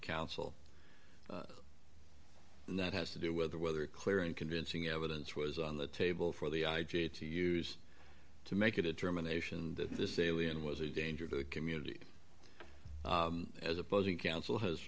counsel and that has to do with whether a clear and convincing evidence was on the table for the i g to use to make a determination that this alien was a danger to the community as opposing counsel has